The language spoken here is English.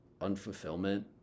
unfulfillment